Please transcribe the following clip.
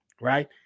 Right